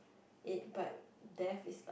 it but death is like